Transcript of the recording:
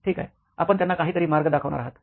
ठीक आहे आपण त्यांना काही तरी मार्ग दाखवणार आहात